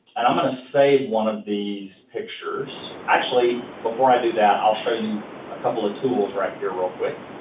and i'm going to save one of these these pictures. actually, before i do that, i'll show you a couple of tools right here real quick.